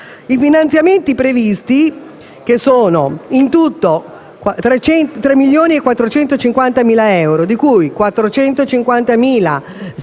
I finanziamenti previsti, che sono in tutto 3,45 milioni di euro, di cui 450.000 euro